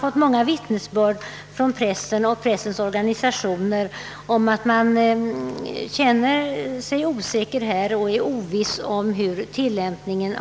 Vi har även från pressen och dess organisationer fått många vittnesbörd om den osäkerhet som råder i fråga om tillämpningen.